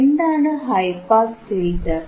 എന്താണ് high pass filter